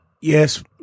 Yes